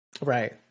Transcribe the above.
Right